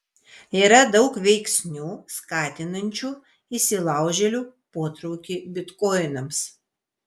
yra daug veiksnių skatinančių įsilaužėlių potraukį bitkoinams